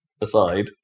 aside